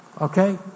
Okay